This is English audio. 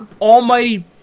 almighty